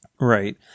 right